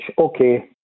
Okay